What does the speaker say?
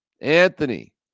Anthony